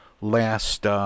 last